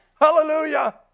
Hallelujah